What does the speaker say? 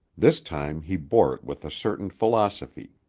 this time he bore it with a certain philosophy,